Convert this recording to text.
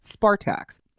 Spartax